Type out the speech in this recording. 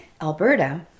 Alberta